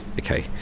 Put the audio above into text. okay